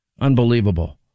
Unbelievable